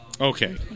Okay